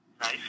Nice